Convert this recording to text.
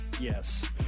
Yes